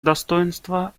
достоинство